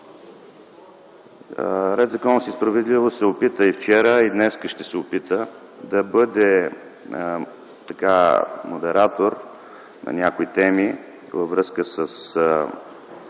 „Ред, законност и справедливост” се опита вчера и днес също ще се опита да бъде модератор на някои теми във връзка със